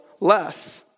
less